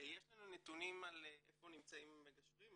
יש לנו נתונים על איפה נמצאים המגשרים,